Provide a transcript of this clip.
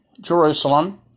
Jerusalem